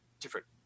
different